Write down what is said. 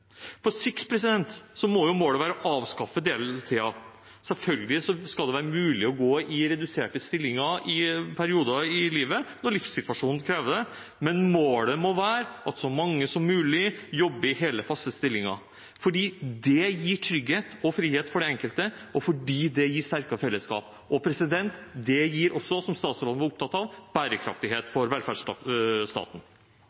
På sikt må målet være å avskaffe deltiden. Selvfølgelig skal det være mulig å gå i reduserte stillinger i perioder i livet når livssituasjonen krever det, men målet må være at så mange som mulig jobber i hele, faste stillinger – fordi det gir trygghet og frihet for den enkelte, og fordi det gir sterkere fellesskap. Det gir også, som statsråden var opptatt av, bærekraftighet